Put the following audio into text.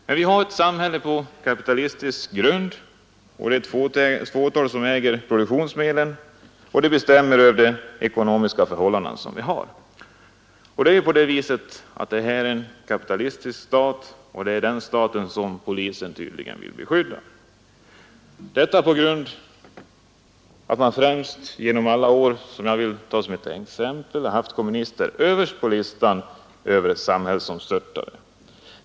Men vi har ett samhälle som vilar på en kapitalistisk grund; det är ett fåtal som äger produktionsmedlen, och de människorna bestämmer över våra ekonomiska förhållanden. Det är tydligen den kapitalistiska staten som polisen vill skydda. Under alla år har man haft kommunister överst på listan över samhällsomstörtare.